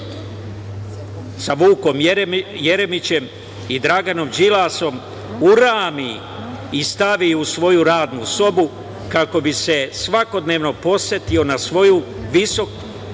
sa Vukom Jeremićem i Draganom Đilasom urami i stavi u svoju radnu sobu kako bi se svakodnevno podsetio na svoj visoki